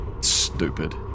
stupid